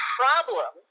problem